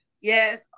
Yes